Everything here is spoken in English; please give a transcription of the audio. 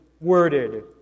worded